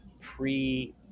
pre